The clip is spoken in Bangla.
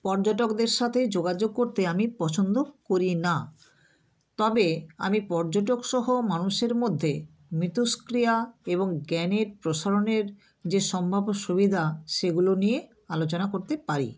পর্যটকদের সাথে যোগাযোগ করতে আমি পছন্দ করি না তবে আমি পর্যটকসহ মানুষের মধ্যে মিথষ্ক্রিয়া এবং জ্ঞানের প্রসারণের যে সম্ভাব্য সুবিধা সেগুলো নিয়ে আলোচনা করতে পারি